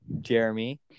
Jeremy